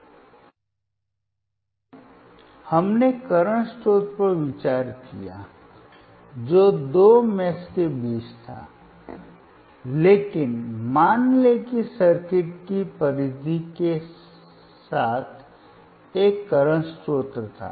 अब हमने करंट स्रोत पर विचार किया जो दो मेष के बीच था लेकिन मान लें कि सर्किट की परिधि के साथ एक करंट स्रोत था